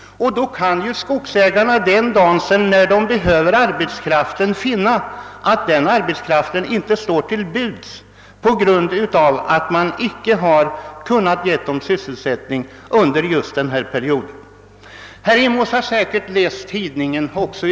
Då kan situationen för skogsägarna bli den att arbetskraften inte står till buds den dag den behövs — och detta på grund av att skogsägarna inte kunnat ge arbetarna sysselsättning under lågkonjunkturen. Herr Rimås har säkerligen läst också dagens nummer av den tidning han åberopade.